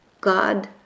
God